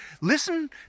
Listen